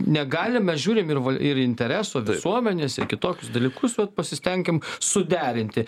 negalim mes žiūrim ir ir interesų visuomenės ir kitokius dalykus vat pasistenkim suderinti